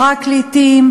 פרקליטים,